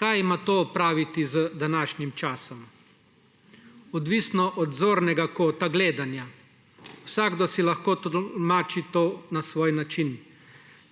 Kaj ima to opraviti z današnjim časom? Odvisno od zornega kota gledanja. Vsakdo si lahko tolmači to na svoj način.